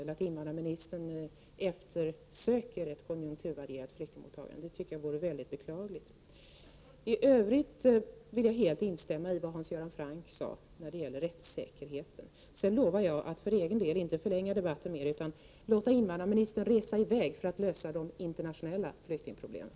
Jag tycker att det vore mycket beklagligt om invandrarministern eftersöker ett konjunkturvarierat flyktingmottagande. I övrigt vill jag helt instämma i vad Hans Göran Franck sade när det gäller rättssäkerheten. Jag lovar att för egen del inte förlänga debatten mer utan låta invandrarministern resa i väg för att lösa de internationella flyktingproblemen.